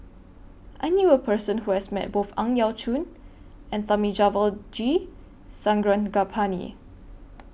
I knew A Person Who has Met Both Ang Yau Choon and Thamizhavel G Sarangapani